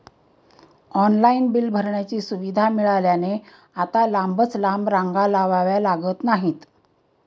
online bill भरण्याची सुविधा मिळाल्याने आता लांबच लांब रांगा लावाव्या लागत नाहीत